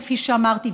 כפי שאמרתי.